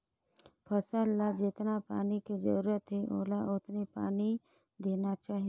फसल ल जेतना पानी के जरूरत हे ओला ओतने पानी देना चाही